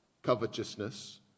Covetousness